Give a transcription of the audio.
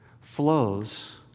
flows